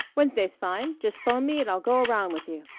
wednesday's fine. just phone me and i'll go around with you